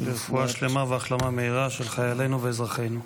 לרפואה שלמה והחלמה מהירה של חיילינו ואזרחינו.